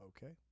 Okay